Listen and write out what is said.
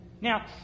Now